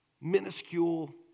minuscule